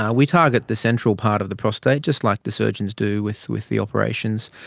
ah we target the central part of the prostate, just like the surgeons do with with the operations.